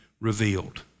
revealed